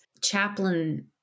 chaplain